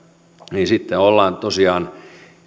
niin sitten ollaan tosiaan